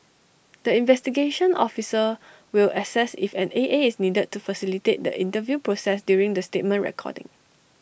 the investigation officer will assess if an A A is needed to facilitate the interview process during the statement recording